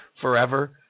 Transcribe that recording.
forever